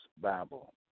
Bible